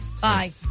Bye